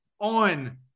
on